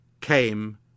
came